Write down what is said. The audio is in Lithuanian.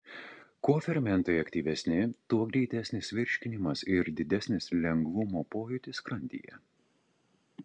kuo fermentai aktyvesni tuo greitesnis virškinimas ir didesnis lengvumo pojūtis skrandyje